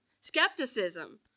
skepticism